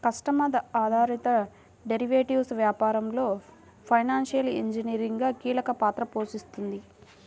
customer ఆధారిత derivatives వ్యాపారంలో financial engineering కీలక పాత్ర పోషిస్తుంది